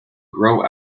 grow